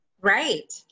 right